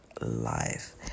Life